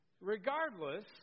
Regardless